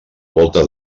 volta